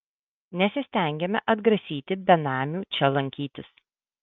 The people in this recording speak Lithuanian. nesistengiame atgrasyti benamių čia lankytis